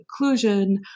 inclusion